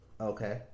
Okay